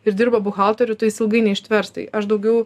ir dirba buhalteriu tai jis ilgai neištvers tai aš daugiau